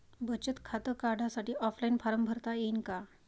बचत खातं काढासाठी ऑफलाईन फारम भरता येईन का?